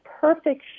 perfect